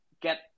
get